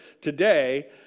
today